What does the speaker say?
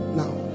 now